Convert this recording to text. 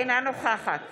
אינה נוכחת